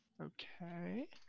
Okay